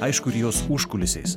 aišku ir jos užkulisiais